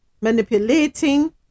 manipulating